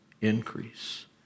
increase